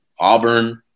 Auburn